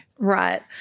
Right